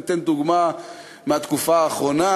אני אתן דוגמה מהתקופה האחרונה.